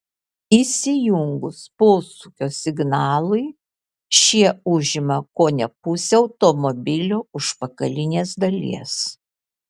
įsijungus posūkio signalui šie užima kone pusę automobilio užpakalinės dalies